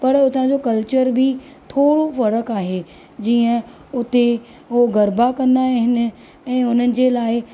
पर हुता जो कल्चर बि थोरो फ़रक़ु आहे जीअं उते हो गरभा कंदा आहिनि ऐं उन्हनि जे लाइ